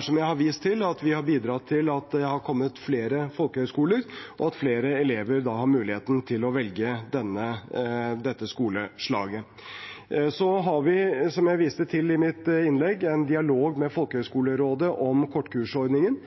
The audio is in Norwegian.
som jeg har vist til, bidratt til at det har kommet flere folkehøyskoler, og at flere elever da har muligheten til å velge dette skoleslaget. Så har vi, som jeg viste til i mitt innlegg, en dialog med Folkehøgskolerådet om kortkursordningen.